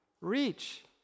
reach